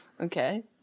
Okay